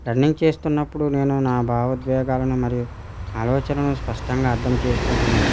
running చేస్తున్నప్పుడు నేను నా భావోద్వేగాలను మరియు ఆలోచనలను స్పష్టంగా అర్థం చేసుకుంటున్నాను